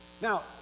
Now